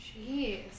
Jeez